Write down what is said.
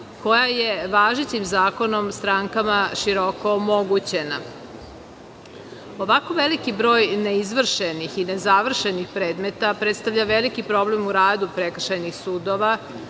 koja je važećim zakonom strankama široko omogućena. Ovako veliki broj neizvršenih i ne završenih predmeta predstavlja veliki problem u radu prekršajnih sudova,